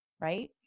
Right